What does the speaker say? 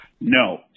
No